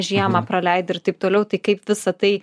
žiemą praleidai ir taip toliau tai kaip visa tai